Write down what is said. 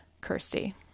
Kirsty